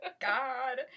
God